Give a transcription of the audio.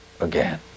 again